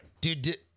Dude